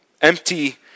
empty